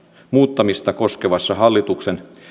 muuttamista koskevassa hallituksen